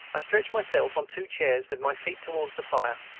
i stretched myself on two chairs, with my feet towards the fire.